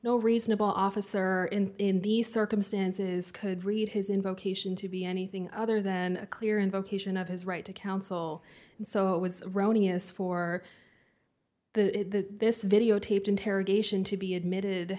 no reasonable officer or in in these circumstances could read his in vocation to be anything other than a clear indication of his right to counsel and so it was rania's for the this videotaped interrogation to be admitted